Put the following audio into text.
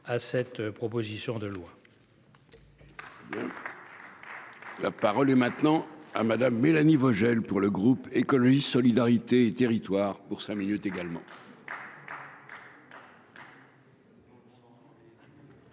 à cette proposition de loi.